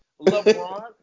LeBron